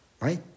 Right